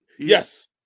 yes